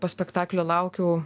po spektaklio laukiau